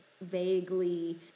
vaguely